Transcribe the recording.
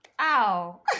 Ow